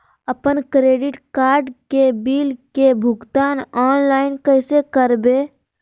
अपन credit card के bill के भुगतान ऑनलाइन कैसे करबैय?